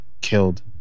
killed